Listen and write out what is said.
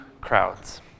crowds